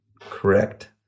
correct